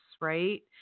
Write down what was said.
right